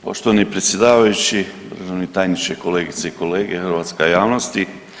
Poštovani predsjedavajući, državni tajniče, kolegice i kolege i hrvatska javnosti.